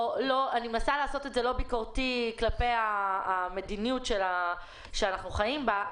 אני מנסה לעשות את זה לא באופן ביקורתי כלפי המדיניות שאנחנו חיים בה,